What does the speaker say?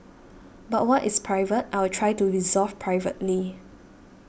but what is private I will try to resolve privately